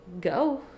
go